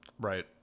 Right